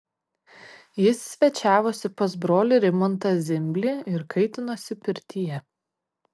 jis svečiavosi pas brolį rimantą zimblį ir kaitinosi pirtyje